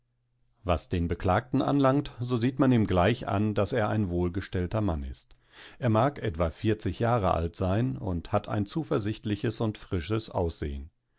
was den beklagten anlangt so sieht man ihm gleich an daß er ein wohlgestellter mann ist er mag etwa vierzig jahre alt sein und hat ein zuversichtliches und frisches aussehen